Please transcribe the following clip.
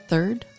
third